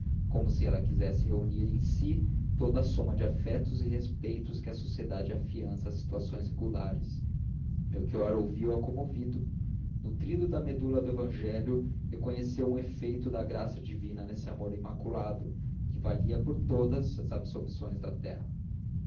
como se ela quisesse reunir em si toda a soma de afetos e respeitos que a sociedade afiança às situações regulares melchior ouviu-a comovido nutrido da medula do evangelho reconheceu um efeito da graça divina nesse amor imaculado que valia por todas as absolvições da terra